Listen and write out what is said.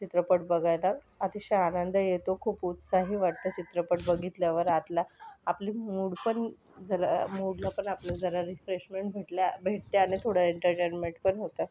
चित्रपट बघायला अतिशय आनंद येतो खूप उत्साही वाटतं चित्रपट बघितल्यावर आतला आपली मूड पण जर मूडला पण आपल्या जरा रिफरेशमेन्ट भेटल्या भेटते आणि थोडं एन्टरटेनमेट पण होतं